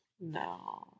no